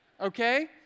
okay